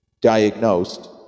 diagnosed